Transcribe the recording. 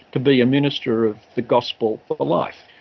to be a minister of the gospel for ah life.